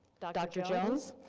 dr. jones,